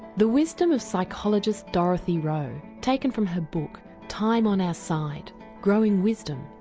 the wisdom of psychologist dorothy rowe taken from her book time on our side growing wisdom,